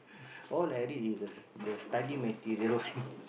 all I read is the the study material [one]